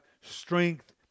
strength